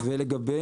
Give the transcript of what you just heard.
ומה עם